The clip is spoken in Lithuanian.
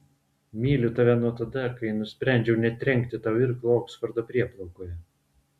myliu tave nuo tada kai nusprendžiau netrenkti tau irklu oksfordo prieplaukoje